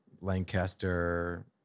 Lancaster